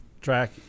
track